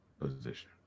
position